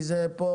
כי זה לא,